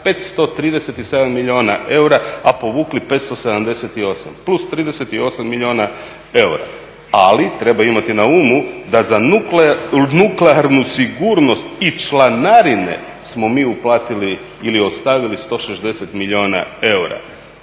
537 milijuna eura, a povukli 578 plus 38 milijuna eura. Ali treba imati na umu da za nuklearnu sigurnost i članarine smo mi uplatili ili ostavili 160 milijuna eura.